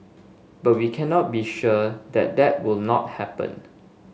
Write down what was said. but we cannot be sure that that will not happen